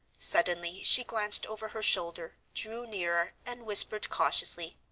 suddenly she glanced over her shoulder, drew nearer, and whispered cautiously,